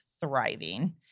thriving